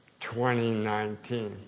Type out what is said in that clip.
2019